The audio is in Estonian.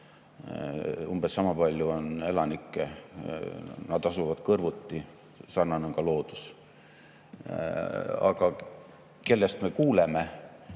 Umbes sama palju on elanikke, nad asuvad kõrvuti, sarnane on ka loodus. Aga kellest me kuuleme